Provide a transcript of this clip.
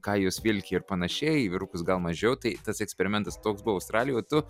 ką jos vilki ir panašiai į vyrukus gal mažiau tai tas eksperimentas toks buvo australijoj o tu